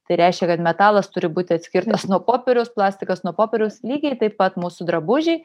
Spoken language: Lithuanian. tai reiškia kad metalas turi būti atskirtas nuo popieriaus plastikas nuo popieriaus lygiai taip pat mūsų drabužiai